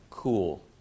cool